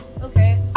okay